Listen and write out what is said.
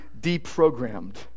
deprogrammed